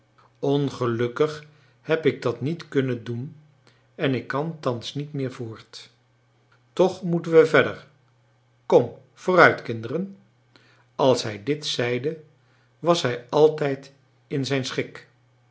ongelukkig heb ik dat niet kunnen doen en ik kan thans niet meer voort toch moeten we verder kom vooruit kinderen als hij dit zeide was hij altijd in zijn schik